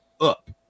up